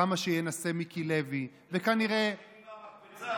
כמה שינסה מיקי לוי, אתם כבר משתינים מהמקפצה.